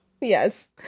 Yes